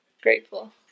Grateful